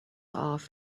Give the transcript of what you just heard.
off